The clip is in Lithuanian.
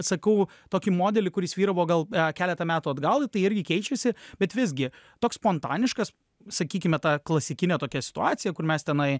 sakau tokį modelį kuris vyravo gal keletą metų atgal tai irgi keičiasi bet visgi toks spontaniškas sakykime ta klasikinė tokia situacija kur mes tenai